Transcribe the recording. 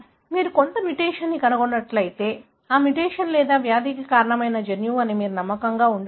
మీరు కొంత మ్యుటేషన్ను కనుగొన్నట్లయితే ఆ మ్యుటేషన్ లేదా వ్యాధికి కారణమయ్యే జన్యువు అని మీరు నమ్మకంగా ఉండవచ్చు